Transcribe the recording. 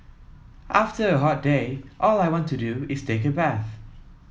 after a hot day all I want to do is take a bath